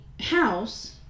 house